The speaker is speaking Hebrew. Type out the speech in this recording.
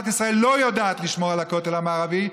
ישראל לא יודעת לשמור על הכותל המערבי?